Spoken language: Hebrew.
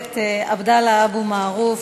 הכנסת עבדאללה אבו מערוף,